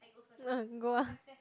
go ah